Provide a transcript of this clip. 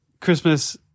Christmas